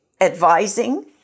advising